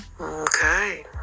Okay